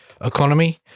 economy